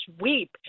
weep